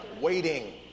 Waiting